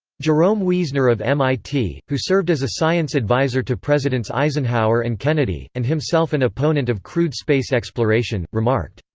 jerome wiesner of mit, who served as a science advisor to presidents eisenhower and kennedy, and himself an opponent of crewed space exploration, remarked,